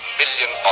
million